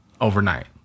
overnight